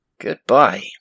goodbye